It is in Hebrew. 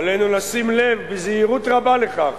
עלינו לשים לב בזהירות רבה לכך